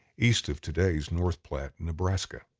east of today's north platte, nebraska.